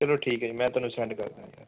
ਚਲੋ ਠੀਕ ਹ ਜੀ ਮੈਂ ਥੋਨੂੰ ਸੈਂਡ ਕਰਦਾਂਗਾ